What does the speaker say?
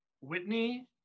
Whitney